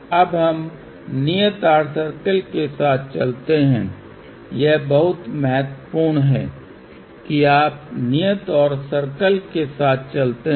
अब हम नियत r सर्कल के साथ चलते हैं यह बहुत महत्वपूर्ण है कि आप नियत आर सर्कल के साथ चलते हैं